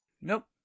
Nope